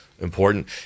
important